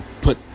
put